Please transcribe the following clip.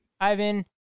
Ivan